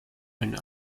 and